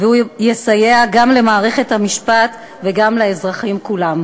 והוא יסייע גם למערכת המשפט וגם לאזרחים כולם.